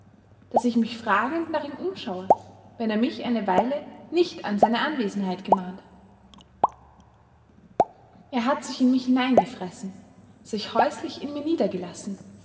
daß ich mich fragend nach ihm umschaue wenn er mich eine weile nicht an seine anwesenheit gemahnt er hat sich in mich hineingefressen sich häuslich in mir niedergelassen